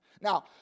Now